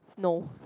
no